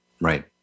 right